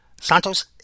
Santos